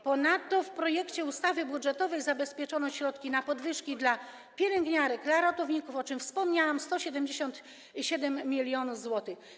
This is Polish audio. Ponadto w projekcie ustawy budżetowej zabezpieczono środki na podwyżki dla pielęgniarek, dla ratowników, o czym wspomniałam - 177 mln zł.